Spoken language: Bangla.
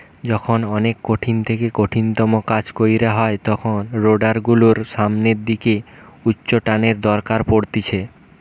যখন অনেক কঠিন থেকে কঠিনতম কাজ কইরা হয় তখন রোডার গুলোর সামনের দিকে উচ্চটানের দরকার পড়তিছে